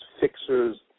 fixers